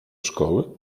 szkoły